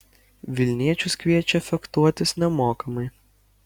vilniečius kviečia fechtuotis nemokamai